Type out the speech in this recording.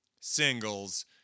singles